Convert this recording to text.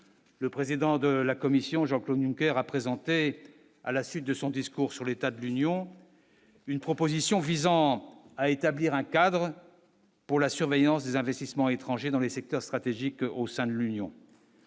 le président de la Commission Jean-Claude une guerre, a présenté à la suite de son discours sur l'état de l'Union, une proposition visant à établir un cadre pour la surveillance des investissements étrangers dans les secteurs stratégiques au sein de l'Union.